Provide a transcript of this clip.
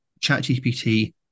ChatGPT